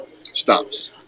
stops